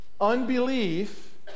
unbelief